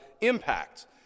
impact